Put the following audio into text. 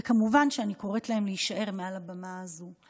וכמובן שאני קוראת להם מעל הבמה הזו להישאר.